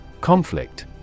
Conflict